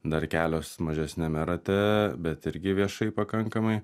dar kelios mažesniame rate bet irgi viešai pakankamai